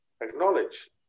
acknowledge